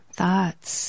thoughts